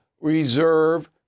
reserve